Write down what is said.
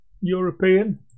European